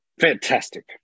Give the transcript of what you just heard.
Fantastic